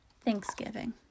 thanksgiving